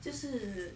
这是